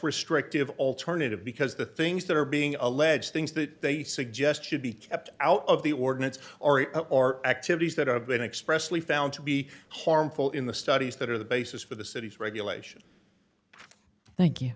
restrictive alternative because the things that are being alleged things that they suggest should be kept out of the ordinance or are activities that have been expressly found to be harmful in the studies that are the basis for the city's regulation thank you